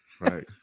Right